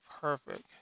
perfect